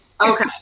Okay